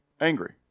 angry